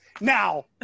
Now